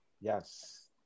yes